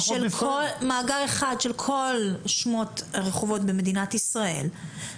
מאגר אחד של כל שמות הרחובות במדינת ישראל.